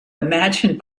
imagine